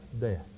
death